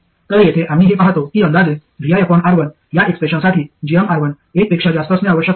तर येथे आम्ही हे पाहतो की अंदाजे ViR1 या एक्सप्रेशनसाठी gmR1 एक पेक्षा जास्त असणे आवश्यक आहे